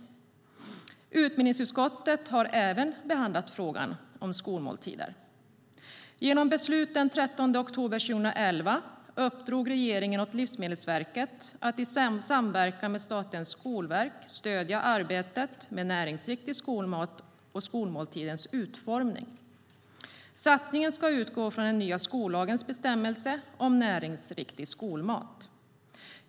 Även utbildningsutskottet har behandlat frågan om skolmåltider. Genom beslut den 13 oktober 2011 uppdrog regeringen åt Livsmedelsverket att i samverkan med Statens skolverk stödja arbetet med näringsriktig skolmat och skolmåltidens utformning. Satsningen ska utgå från den nya skollagens bestämmelse om näringsriktig skolmat.